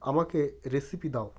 আমাকে রেসিপি দাও